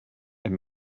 and